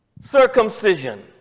circumcision